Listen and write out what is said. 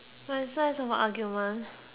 argument